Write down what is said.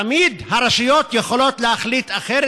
תמיד הרשויות יכולות להחליט אחרת.